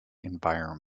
environment